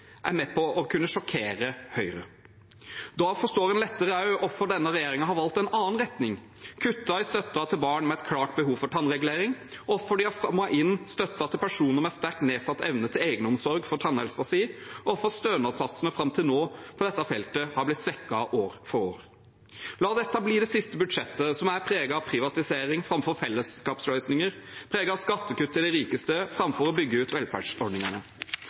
er med på å kunne sjokkere Høyre. Da forstår en lettere også hvorfor denne regjeringen har valgt en annen retning, kuttet i støtten til barn med et klart behov for tannregulering, hvorfor de har strammet inn støtten til personer med sterkt nedsatt evne til egenomsorg for tannhelsen sin, og hvorfor stønadssatsene fram til nå på dette feltet har blitt svekket år for år. La dette bli det siste budsjettet som er preget av privatisering framfor fellesskapsløsninger, preget av skattekutt til de rikeste framfor å bygge ut velferdsordningene.